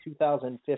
2015